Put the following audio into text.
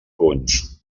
punts